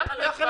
הלאה.